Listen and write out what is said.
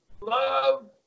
love